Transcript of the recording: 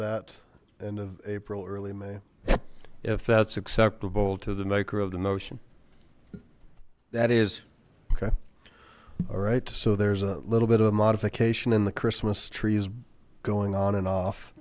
that end of april early may if that's acceptable to the maker of the notion that is okay all right so there's a little bit of a modification and the christmas trees going on and off